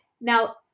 Now